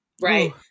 right